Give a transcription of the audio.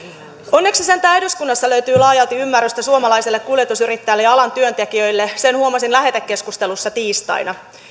onneksi sentään eduskunnassa löytyy laajalti ymmärrystä suomalaiselle kuljetusyrittäjälle ja alan työntekijöille sen huomasin lähetekeskustelussa tiistaina